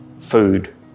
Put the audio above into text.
food